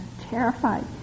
terrified